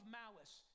malice